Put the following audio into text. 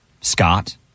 Scott